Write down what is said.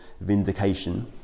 vindication